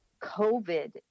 COVID